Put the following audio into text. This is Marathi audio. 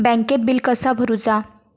बँकेत बिल कसा भरुचा?